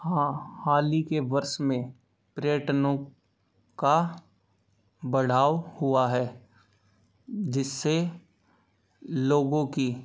हाँ हाल ही के वर्ष में पर्यटनों का बढ़ाव हुआ है जिससे लोगों कि